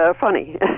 funny